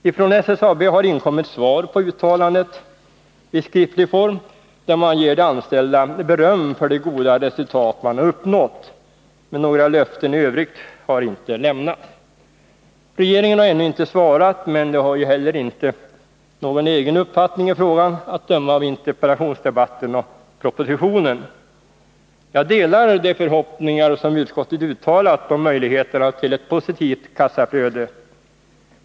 Ifrån SSAB har inkommit skriftligt svar på uttalandet. Man ger de anställda beröm för de goda resultat man uppnått, men några löften i övrigt lämnas inte. Regeringen har ännu inte svarat, men har ju heller ingen egen uppfattning i frågan, att döma av interpellationsdebatten och propositionen. Jag delar de förhoppningar som utskottet uttalat om möjligheterna till ett positivt kassaflöde.